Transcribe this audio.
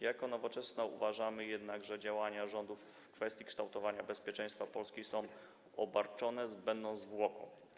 Jako Nowoczesna uważamy jednak, że działania rządu w kwestii kształtowania bezpieczeństwa Polski są obarczone zbędną zwłoką.